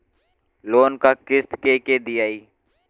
Loan क किस्त के के दियाई?